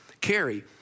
carry